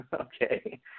Okay